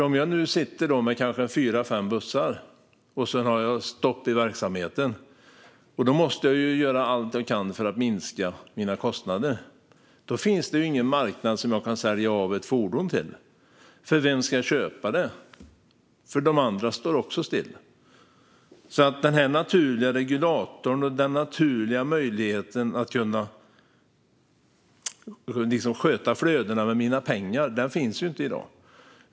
Om jag nu sitter med kanske fyra fem bussar och har stopp i verksamheten måste jag ju göra allt jag kan för att minska mina kostnader. Men det finns ingen marknad som jag kan sälja av ett fordon på, för vem ska köpa det? De andra står också still. Den naturliga regulatorn, den naturliga möjligheten att sköta flödena med pengar, den finns alltså inte i dag.